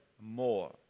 more